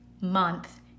month